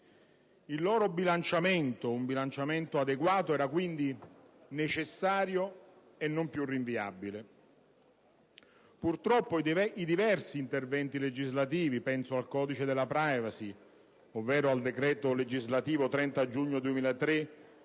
Il loro bilanciamento, un bilanciamento adeguato, era quindi necessario e non più rinviabile. Purtroppo i diversi interventi legislativi - penso al codice della *privacy*, ovvero al decreto legislativo del 30 giugno 2003,